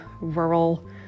rural